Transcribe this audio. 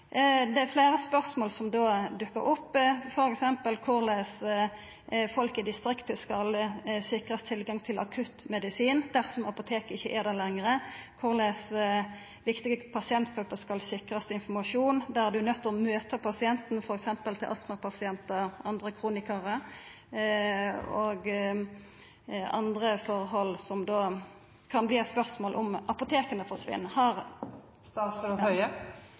Det er fleire spørsmål som då dukkar opp, f.eks.: Korleis skal folk i distrikta sikrast tilgang til akutt medisin dersom apoteket ikkje er der lenger? Korleis skal viktige pasientgrupper, f.eks. astmapasientar og andre kronikarar, der ein er nøydd til å møta pasienten, sikrast informasjon? Det er òg andre forhold som det kan verta spørsmål om, om apoteka forsvinn.